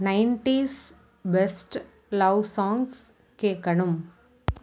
nineties best love songs கேட்கணும்